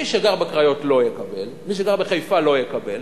מי שגר בקריות לא יקבל, מי שגר בחיפה לא יקבל.